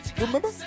Remember